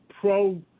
pro